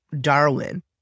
Darwin